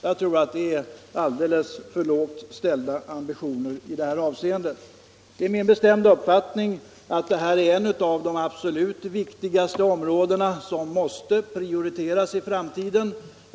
Jag tror att det är att sätta ambitionerna alldeles för lågt. Det är min bestämda uppfattning att detta är ett av de allra viktigaste områdena och att det i framtiden måste prioriteras.